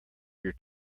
your